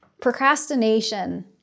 procrastination